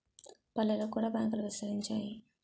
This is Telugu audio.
పల్లెలకు కూడా బ్యాంకులు విస్తరించాయి